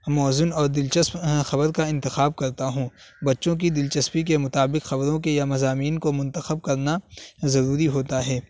موزوں اور دلچسپ خبر کا انتخاب کرتا ہوں بچوں کی دلچسپی کے مطابق خبروں کے یا مضامین کو منتخب کرنا ضروری ہوتا ہے